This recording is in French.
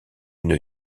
une